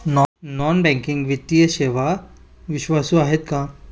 Non banking वित्तीय सेवा विश्वासू आहेत का?